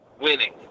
Winning